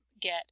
get